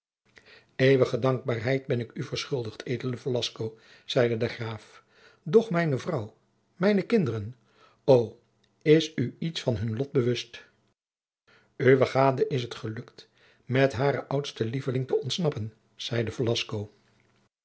eeuwige dankbaarheid ben ik u verschuldigd edele velasco zeide de graaf doch mijne vrouw mijne kinderen o is u iets van hun lot bewust uwe gade is het gelukt met haren oudsten lieveling te ontsnappen zeide